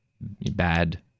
bad